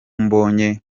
mbonye